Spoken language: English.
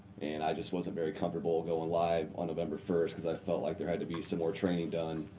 and i just wasn't very comfortable going live on november first, because i felt like there had to be some more training done.